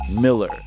Miller